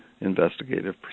investigative